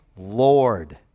Lord